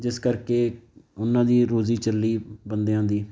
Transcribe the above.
ਜਿਸ ਕਰਕੇ ਉਹਨਾਂ ਦੀ ਰੋਜ਼ੀ ਚੱਲੀ ਬੰਦਿਆਂ ਦੀ